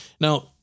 Now